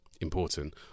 important